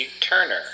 Turner